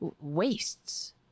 wastes